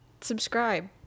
subscribe